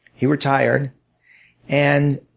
he retired and